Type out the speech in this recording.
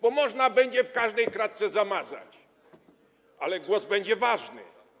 Bo można będzie w każdej kratce zamazać, ale głos będzie ważny.